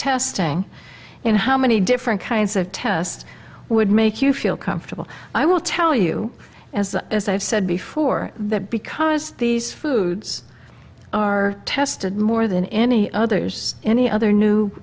testing and how many different kinds of tests would make you feel comfortable i will tell you as as i've said before that because these foods are tested more than any others any other